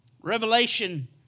Revelation